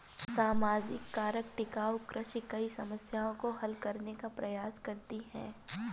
सामाजिक कारक टिकाऊ कृषि कई समस्याओं को हल करने का प्रयास करती है